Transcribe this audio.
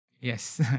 Yes